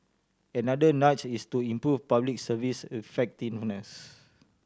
another nudge is to improve Public Service effectiveness